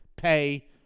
pay